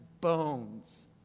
bones